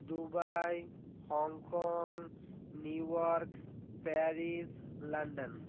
Dubai Hong Kong New York Paris London